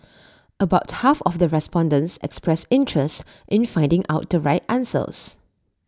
about half of the respondents expressed interest in finding out the right answers